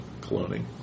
cloning